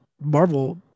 Marvel